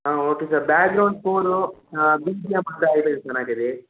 okay sir background score BGM అది